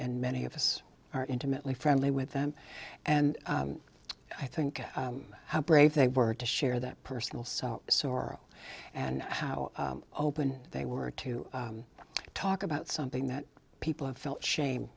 and many of us are intimately friendly with them and i think how brave they were to share that personal so sore and how open they were to talk about something that people have felt shame